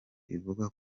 ivuga